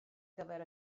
gyfer